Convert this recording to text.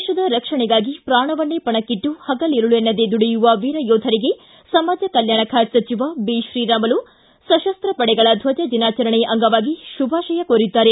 ದೇಶದ ರಕ್ಷಣೆಗಾಗಿ ಪ್ರಾಣವನ್ನೇ ಪಣಕ್ಕಟ್ಟು ಹಗಲಿರುಳೆನ್ನದೆ ದುಡಿಯುವ ವೀರ ಯೋಧರಿಗೆ ಸಮಾಜ ಕಲ್ಯಾಣ ಖಾತೆ ಸಚಿವ ಬಿತ್ರೀರಾಮುಲು ಸಶಸ್ತ ಪಡೆಗಳ ದ್ವಜ ದಿನಾಚರಣೆಯ ಅಂಗವಾಗಿ ಶುಭಾಶಯ ಕೋರಿದ್ದಾರೆ